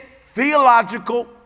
theological